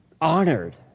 honored